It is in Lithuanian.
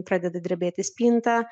pradeda drebėti spinta